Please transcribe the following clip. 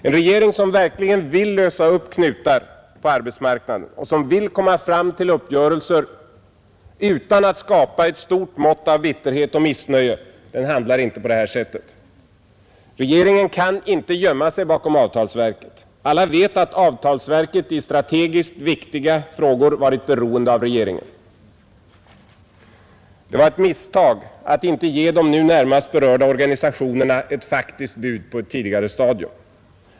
En regering som verkligen vill lösa upp knutar på arbetsmarknaden och som vill komma fram till uppgörelser utan att skapa ett stort mått av bitterhet och missnöje handlar inte på det här sättet. Regeringen kan inte gömma sig bakom avtalsverket. Alla vet att avtalsverket i strategiskt viktiga frågor varit beroende av regeringen. Det var ett misstag att inte ge de närmast berörda organisationerna ett faktiskt bud på ett tidigare stadium.